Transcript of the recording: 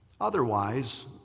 Otherwise